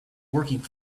working